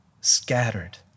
scattered